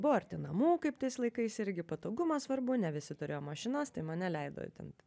buvo arti namų kaip tais laikais irgi patogumas svarbu ne visi turėjo mašinas tai mane leido ten